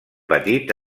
petit